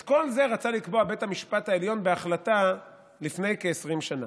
את כל זה רצה לקבוע בית המשפט העליון בהחלטה לפני כ-20 שנה.